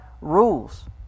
rules